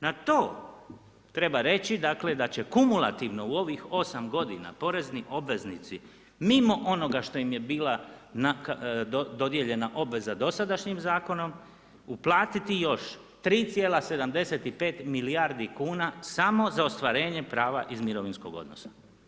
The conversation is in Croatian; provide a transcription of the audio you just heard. Na to treba reći dakle da će kumulativno u ovih 8 godina porezni obveznici mimo onoga što im je bila dodijeljena obveza dosadašnjim zakonom uplatiti još 3,75 milijardi kuna samo za ostvarenje prava iz mirovinskog odnosa.